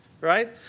right